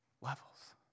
levels